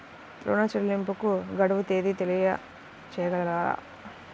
ఋణ చెల్లింపుకు గడువు తేదీ తెలియచేయగలరా?